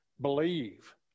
believe